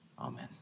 Amen